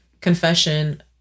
confession